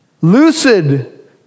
Lucid